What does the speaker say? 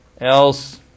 else